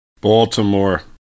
Baltimore